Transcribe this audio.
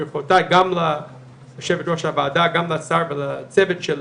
ברכותיי, גם ליושבת הוועדה, גם לשר וגם לצוות שלו,